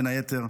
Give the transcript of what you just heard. בין היתר.